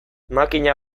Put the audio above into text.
makina